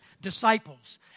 disciples